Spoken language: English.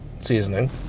seasoning